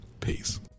Peace